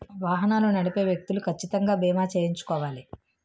వాహనాలు నడిపే వ్యక్తులు కచ్చితంగా బీమా చేయించుకోవాలి